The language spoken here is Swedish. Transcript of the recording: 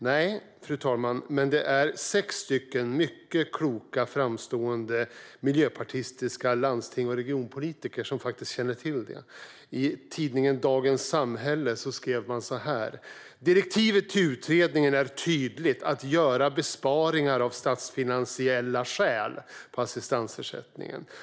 Nej, fru talman, men sex mycket kloka, framstående miljöpartistiska landstings och regionpolitiker känner till det. I Dagens Samhälle skrev man så här: "Direktivet till utredningen är dock tydligt; att göra besparingar av statsfinansiella skäl.